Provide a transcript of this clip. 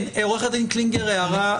כן, עו"ד קלינגר, הערה קצרה.